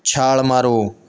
ਛਾਲ਼ ਮਾਰੋ